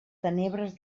tenebres